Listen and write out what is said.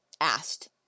asked